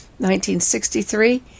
1963